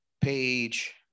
page